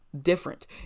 different